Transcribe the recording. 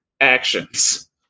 actions